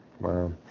Wow